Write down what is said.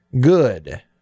Good